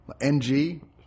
ng